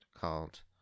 called